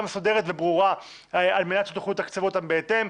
מסודרת וברורה על מנת שתוכלו לתקצב אותם בהתאם,